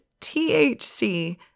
THC